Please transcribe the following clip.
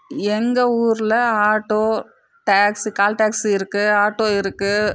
எங்கள் ஊரில் auto taxi call taxi இருக்குது ஆட்டோ இருக்குது